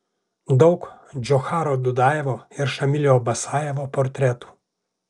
daug džocharo dudajevo ir šamilio basajevo portretų